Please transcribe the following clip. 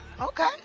Okay